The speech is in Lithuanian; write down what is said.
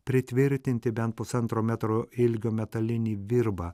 pritvirtinti bent pusantro metro ilgio metalinį virbą